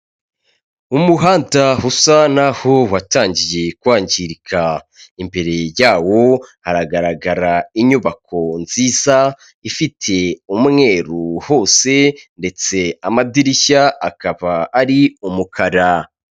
Umuhanda usa n’aho watangiye kwangirika, imbere yawo haragaragara inyubako nziza ifite umweru hose ndetse amadirishya akaba ari umukara.